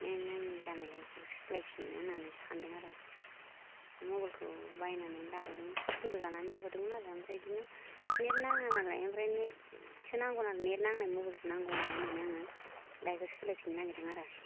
net नाङै जानायखाय सोलायफिनो होननानै सानदों आरो मबेलखौ बायनानै लाबोदों फसन्थ' जानानै लाबोदोमोन आरो ओमफ्राय बिदिनो नेट नाङा नालाय ओमफ्राय नेटसो नांगौ नालाय नेट नांनाय मबेलसो नांगौ आंनो होननानै आङो दा बेखौ सोलायफिनो नागिरदों आरो